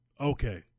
Okay